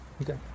Okay